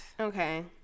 Okay